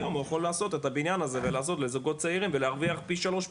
היום הוא יכול לעשות את הבניין הזה לזוגות צעירים ולהרוויח פי שלוש,